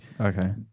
Okay